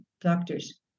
doctors